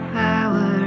power